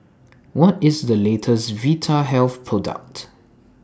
What IS The latest Vitahealth Product